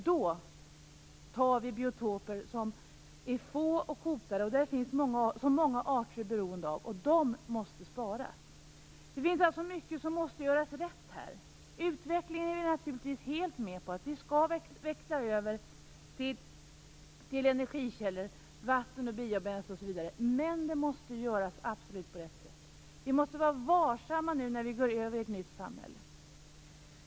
Då tar vi biotoper som är få och hotade och som många arter är beroende av. De måste sparas. Det är alltså mycket som måste göras rätt här. Jag är naturligtvis helt med på att utvecklingen skall ske genom att vi växlar över till energikällor som vatten, biobränsle osv., men det måste absolut göras på rätt sätt. Vi måste vara varsamma när vi nu går över i ett nytt samhälle.